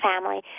family